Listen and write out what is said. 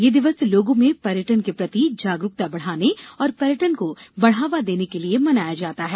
ये दिवस लोगों में पर्यटन के प्रति जागरूकता बढ़ाने और पर्यटन को बढ़ावा देने के लिये मनाया जाता है